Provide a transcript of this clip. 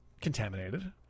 contaminated